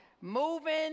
moving